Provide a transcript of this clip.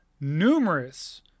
numerous